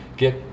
Get